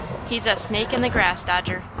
he's a snake in the grass, dodger.